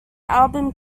album